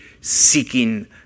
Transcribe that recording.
seeking